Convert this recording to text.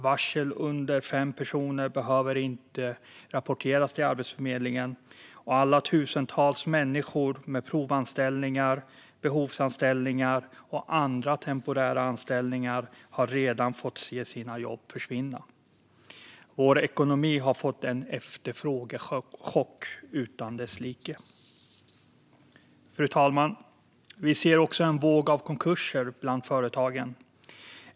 Varsel för färre än fem personer behöver inte rapporteras till Arbetsförmedlingen, och tusentals människor med provanställningar, behovsanställningar och andra temporära anställningar har redan fått se sina jobb försvinna. Vår ekonomi har fått en efterfrågechock utan dess like. Fru talman! Vi ser också en våg av konkurser bland företagen.